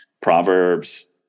Proverbs